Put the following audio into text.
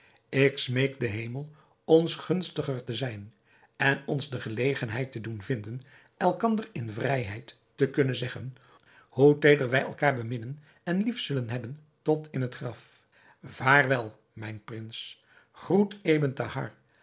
ik smeek den hemel ons gunstiger te zijn en ons de gelegenheid te doen vinden elkander in vrijheid te kunnen zeggen hoe teeder wij elkaar beminnen en lief zullen hebben tot in het graf vaarwel mijn prins groet ebn thahar